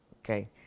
Okay